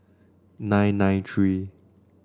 nine nine three